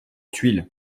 tuile